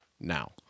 now